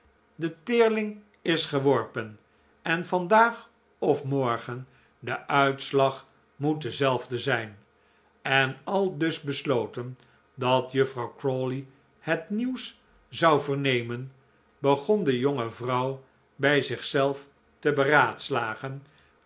de teerling is geworpen en vandaag of morgen de uitslag moet dezelfde zijn en aldus besloten dat juffrouw crawley het nieuws zou vernemen begon de jonge vrouw bij zichzelf te beraadslagen